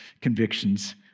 convictions